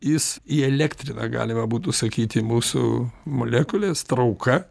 jis įelektrina galima būtų sakyti mūsų molekulės trauka